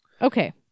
Okay